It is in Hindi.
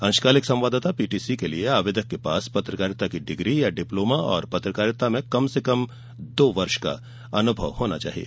अंशकालिक संवाददाता पीटीसी के लिए आवेदक के पास पत्रकारिता की डिग्री या डिप्लोमा और पत्रकारिता में कम से कम दो वर्ष का अनुभव होना चाहिए